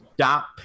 stop